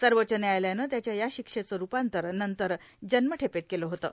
सर्वोच्च न्यायालयानं त्याच्या या शिक्षेचे रूपांतर नंतर जन्मठेपेत केलं होतं